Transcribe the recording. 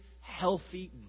healthy